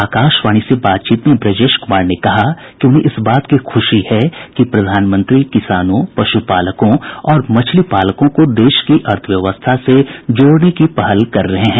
आकाशवाणी से बातचीत में ब्रजेश कुमार ने कहा कि उन्हें इस बात की ख्शी है कि प्रधानमंत्री किसानों पश्पालकों और मछली पालकों को देश की अर्थव्यवस्था से जोड़ने की पहल कर रहे हैं